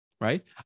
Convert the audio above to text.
right